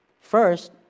first